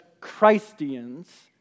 Christians